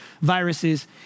viruses